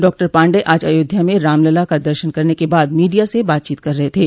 doctor Pandey आज अयोध्या में रामलला का दर्शन करने के बाद मीडिया से बातचीत कर रहे थे